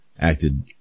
acted